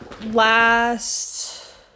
last